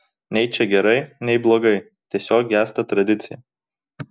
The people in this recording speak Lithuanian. nei čia gerai nei blogai tiesiog gęsta tradicija